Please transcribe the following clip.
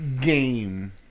game